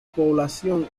población